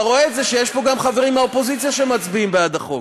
אתה רואה שיש פה גם חברים מהאופוזיציה שמצביעים בעד החוק.